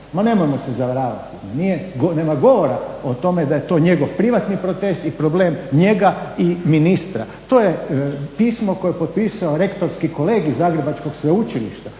nemojmo se zavaravati, nema govora o tome da je to njegov privatni protest i problem njega i ministra, to je pismo koje je potpisao rektorski kolegij Zagrebačkog sveučilišta,